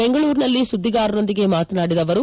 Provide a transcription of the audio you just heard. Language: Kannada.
ಬೆಂಗಳೂರಿನಲ್ಲಿ ಸುಧ್ಗಿಗಾರರೊಂದಿಗೆ ಮಾತನಾಡಿದ ಅವರು